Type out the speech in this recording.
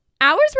Hours